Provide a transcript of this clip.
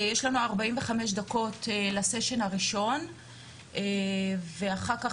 יש לנו 45 דקות לסשן הראשון ואחר כך